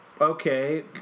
Okay